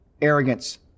Arrogance